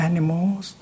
Animals